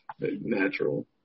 Natural